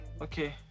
okay